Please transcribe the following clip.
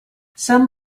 some